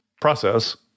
process